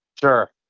Sure